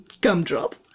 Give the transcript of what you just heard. gumdrop